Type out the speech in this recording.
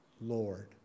Lord